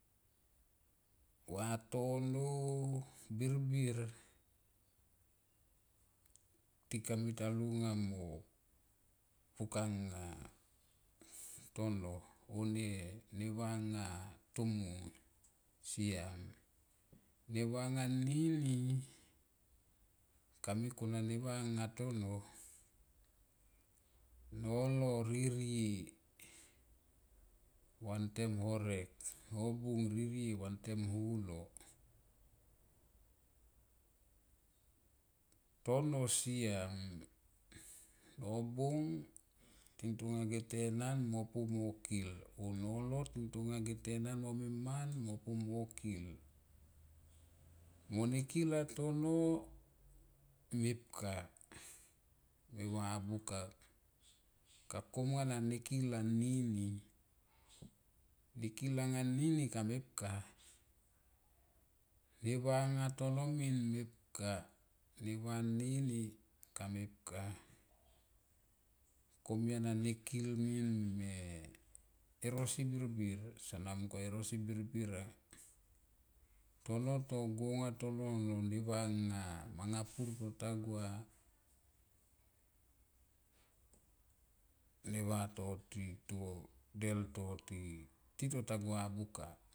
Vatono birbir ti kamita lunga mo pukanga tano o ne va nga tomung. Ne va nga nini kamikona neva nga nga tona nolo ririe vantem hovek nobung ririe vantem holo. Tono siam, nobung ririe vantem holo. Tono siam, nobung tintonga ge tenan pu mo kil o nolo tintonga ge tenan mo minma mo pu mo kil. Co ne kil anga to me va buka ka kom nga ne kil anini. Ne kil anga, aninni kamepka ne va nga tono min mepka, ne va nini kamepka komia na neki min me erosi birbir soan mung kone e rosi birbir a tono to gua nga tono lo neva nga manga pur tagua neva toti, tito ta gua buka.